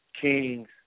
Kings